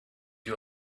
you